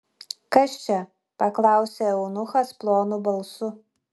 kas čia paklausė eunuchas plonu balsu